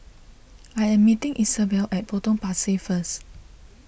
I am meeting Isabell at Potong Pasir first